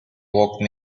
woke